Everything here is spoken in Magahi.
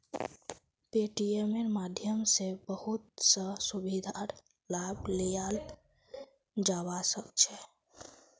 पेटीएमेर माध्यम स बहुत स सुविधार लाभ लियाल जाबा सख छ